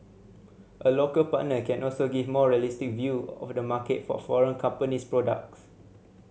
a local partner can also give a more realistic view of the market for foreign company's products